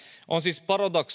on siis